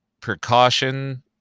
precaution